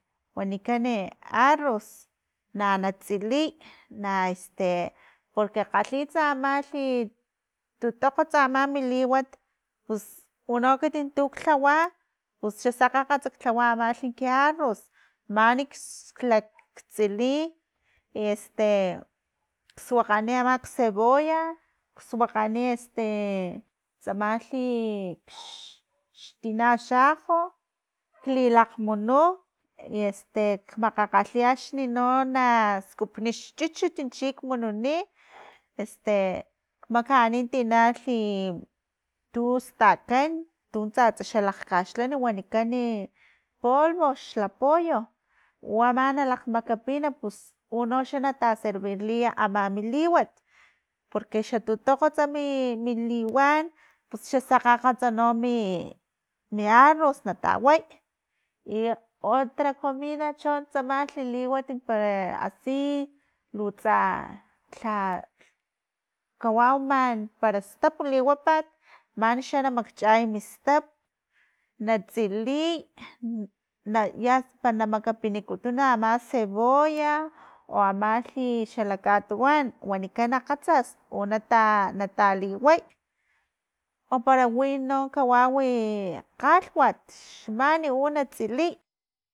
Wanikani arroz na natsiliy na "este" porque kgalhiy tsamalhi tutokgatsa ama mi liwat pus uno ekiti tuk lhawa pus xa sakgakga ktlawa amalhi ki arroz mani lag tsili i "este" suakgani amak cebolla, suakgani "este" tsamalhi i x- xtina xajo lilakgmunu i "este" kmakgakgalhi axni no na skupni xchuchut chik mununi "este" makani tinalhi tustakan tu tsatsa lakgkaxlhawa wanikani polvo xa pollou, ama nalakgmakapin pus uno xa natacervirliya ama mi liwat, porque xa tutokgotsa mi mi liwam pus xa sakgakga tsama no mi- mi arroz taway, i otra comida chon tsamalhi liwat para asi lutsa lha, kawau man para stap liwapat manixa na makchay mistap na tsiliy na- ya para na makapinikutun ama cebolla, o amalhi xalakatuwan wanikan akgatsas o nata nataliway o para wi no kawawi i kgalhwat xmani u na tsiliy.